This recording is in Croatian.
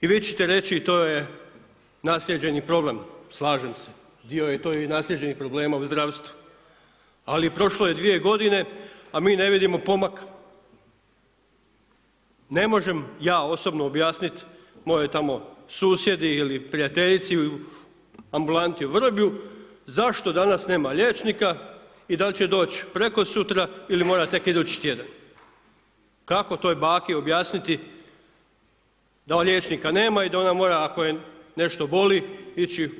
I vi ćete reći i to je naslijeđeni problem, slažem se dio je to i naslijeđenih problema u zdravstvu, ali prošlo je 2 g. a mi ne vidimo pomak, ne možemo ja osobno objasniti mojoj tamo susjedi, ili prijateljici u ambulanti u … zašto danas nema liječnika i dal će doći prekosutra ili mora tek idući tj. Kako toj baki objasniti da ona liječnika nema i da ona mora, ako nešto boli ići